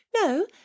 no